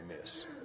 miss